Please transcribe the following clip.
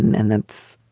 and that's.